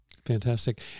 Fantastic